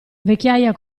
vecchiaia